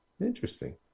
interesting